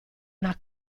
una